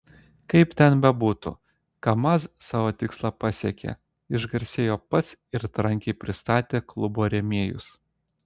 kaip ten bebūtų kamaz savo tikslą pasiekė išgarsėjo pats ir trankiai pristatė klubo rėmėjus